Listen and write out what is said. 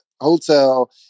hotel